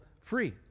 free